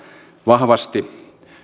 vahvasti